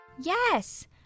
Yes